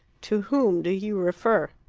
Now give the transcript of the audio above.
to whom do you refer?